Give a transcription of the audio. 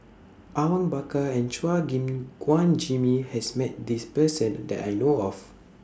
Awang Bakar and Chua Gim Guan Jimmy has Met This Person that I know of